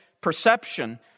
perception